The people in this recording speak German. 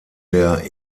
der